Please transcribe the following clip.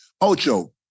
Ocho